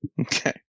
Okay